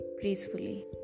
gracefully